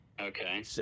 Okay